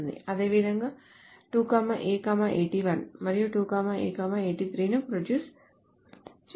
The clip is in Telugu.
అదేవిధంగా 2 A 81 మరియు 2 A 83 ను ప్రొడ్యూస్ చేస్తుంది